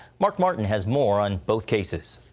mark martin has more on both cases.